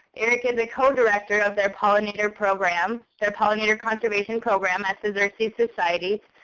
eric is a co-director of their pollinator program, their pollinator conservation program at the xerces society.